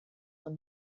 von